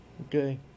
Okay